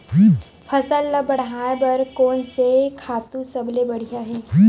फसल ला बढ़ाए बर कोन से खातु सबले बढ़िया हे?